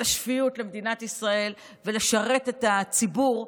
השפיות למדינת ישראל וכדי לשרת את הציבור,